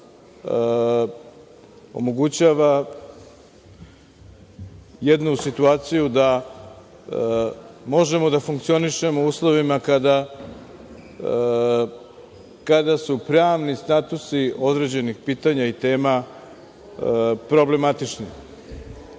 omogućava jednu situaciju da možemo da funkcionišemo u uslovima kada su pravni statusi određenih pitanja i tema problematični.U